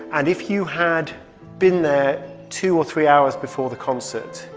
and if you had been there two or three hours before the concert,